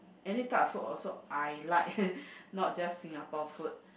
any type of food also I like not just Singapore food